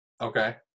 okay